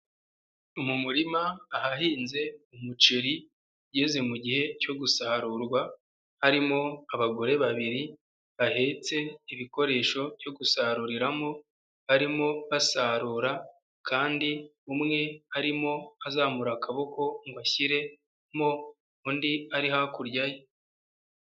Mu murima ahahinze umuceri ugeze mu gihe cyo gusarurwa, harimo abagore babiri bahetse ibikoresho byo gusaruriramo, barimo basarura kandi umwe arimo azamura akaboko ngo ashyiremo, undi ari hakurya ye.